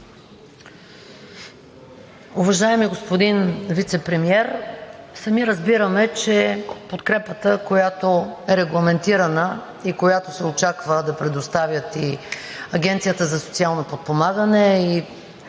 Уважаеми господин Вицепремиер, сами разбираме, че подкрепата, която е регламентирана и която се очаква да предоставят и Агенцията за социално подпомагане, и